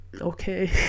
okay